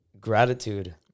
gratitude